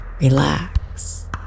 relax